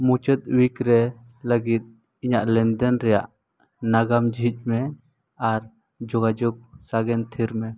ᱢᱩᱪᱟᱹᱫ ᱩᱭᱤᱠ ᱨᱮ ᱞᱟᱹᱜᱤᱫ ᱤᱧᱟᱹᱜ ᱞᱮᱱᱫᱮᱱ ᱨᱮᱱᱟᱜ ᱱᱟᱜᱟᱢ ᱡᱷᱤᱡᱽ ᱢᱮ ᱟᱨ ᱡᱳᱜᱟᱡᱳᱜᱽ ᱥᱟᱜᱮᱱ ᱛᱷᱤᱨ ᱢᱮ